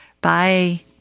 Bye